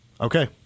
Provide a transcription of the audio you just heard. okay